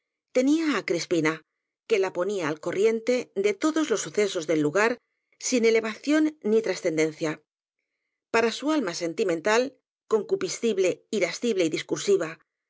tenía á crispina que la ponía al corriente de todos los sucesos del lugar sin elevación ni transcendencia para su alma sentimental concupiscible irascible y discursiva